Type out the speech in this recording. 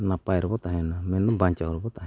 ᱱᱟᱯᱟᱭ ᱨᱮᱵᱚ ᱛᱟᱦᱮᱱᱟ ᱢᱮᱱᱫᱚ ᱵᱟᱧᱪᱟᱣ ᱨᱮᱵᱚ ᱛᱟᱦᱮᱱᱟ